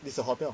it's a hotel